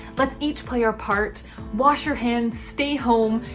let's each play our part wash your hands, stay home.